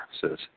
Says